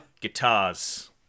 guitars